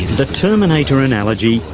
the terminator analogy,